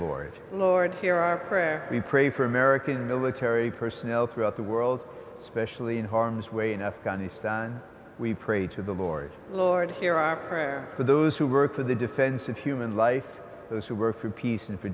lord lord hear our prayer we pray for american military personnel throughout the world especially in harm's way in afghanistan we pray to the lord lord hear our prayer for those who work for the defense of human life those who work for peace and for